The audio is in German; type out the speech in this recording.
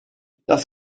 das